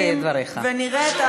על פגיעה בכבוד המדינה,